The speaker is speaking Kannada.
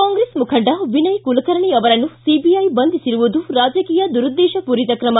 ಕಾಂಗ್ರೆಸ್ ಮುಖಂಡ ವಿನಯ ಕುಲಕರ್ಣಿ ಅವರನ್ನು ಸಿಬಿಐ ಬಂಧಿಸಿರುವುದು ರಾಜಕೀಯ ದುರುದ್ದೇಶಪೂರಿತ ಕ್ರಮ